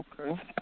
Okay